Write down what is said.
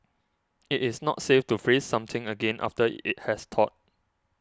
it is not safe to freeze something again after it has thawed